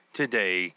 today